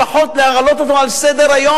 לפחות להעלות אותו על סדר-היום,